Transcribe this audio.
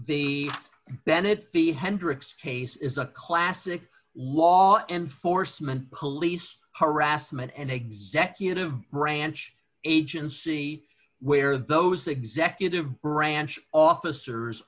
v bennett fee hendricks case is a classic law enforcement police harassment and executive branch agency where those executive branch officers